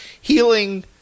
healing